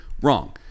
wrong